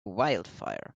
wildfire